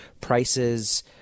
prices –